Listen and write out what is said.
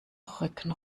rücken